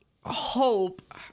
hope